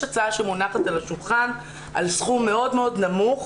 יש הצעה שמונחת על השולחן על סכום מאוד מאוד נמוך